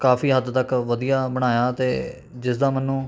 ਕਾਫ਼ੀ ਹੱਦ ਤੱਕ ਵਧੀਆ ਬਣਾਇਆ ਅਤੇ ਜਿਸ ਦਾ ਮੈਨੂੰ